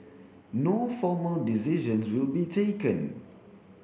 no formal decisions will be taken